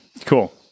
Cool